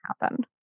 happen